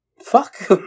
Fuck